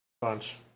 bunch